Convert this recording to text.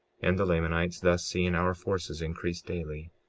and the lamanites, thus seeing our forces increase daily,